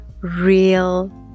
real